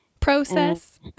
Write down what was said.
Process